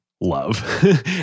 love